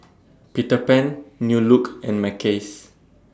Peter Pan New Look and Mackays